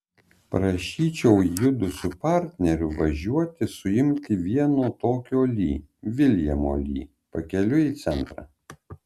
prašyčiau judu su partneriu važiuoti suimti vieno tokio li viljamo li pakeliui į centrą